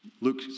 Luke